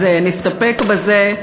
אז נסתפק בזה.